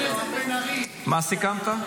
מה סיכמת?